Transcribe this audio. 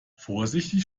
vorsichtig